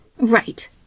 Right